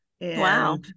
Wow